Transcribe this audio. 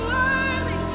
worthy